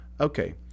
Okay